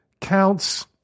counts